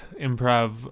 improv